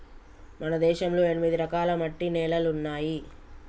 మన దేశంలో ఎనిమిది రకాల మట్టి నేలలున్నాయి